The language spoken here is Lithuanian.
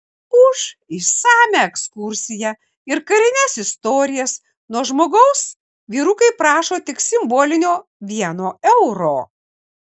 už išsamią ekskursiją ir karines istorijas nuo žmogaus vyrukai prašo tik simbolinio vieno euro